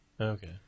okay